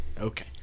okay